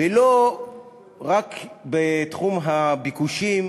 ולא רק בתחום הביקושים,